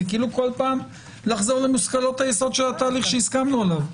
זה כאילו כל פעם לחזור למושכלות היסוד של התהליך שהסכמנו עליו.